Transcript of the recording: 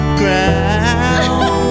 ground